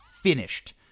finished